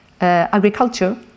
agriculture